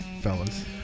Fellas